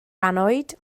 annwyd